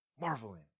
Marveling